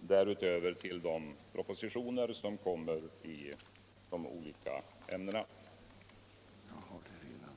diärutöver till de propositioner som kommer i de ohlika ämnena.